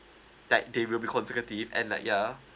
that they will be consecutive and like ya